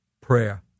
prayer